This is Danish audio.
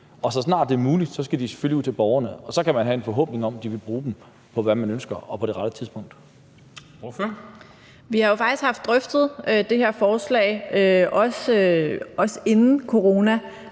og så snart det er muligt, skal de selvfølgelig ud til borgerne? Og så kan man have en forhåbning om, at de vil bruge dem på, hvad de ønsker, og på det rette tidspunkt. Kl. 12:50 Formanden (Henrik Dam Kristensen):